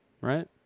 Right